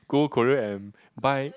go Korea and buy